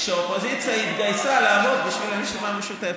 כשהאופוזיציה התגייסה לעבוד בשביל הרשימה המשותפת.